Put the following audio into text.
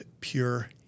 pure